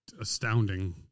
astounding